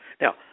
now